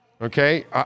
Okay